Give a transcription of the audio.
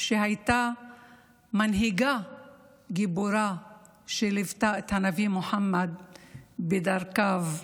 שהייתה מנהיגה גיבורה שליוותה את הנביא מוחמד בדרכיו.